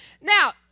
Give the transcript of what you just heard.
Now